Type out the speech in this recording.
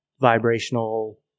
vibrational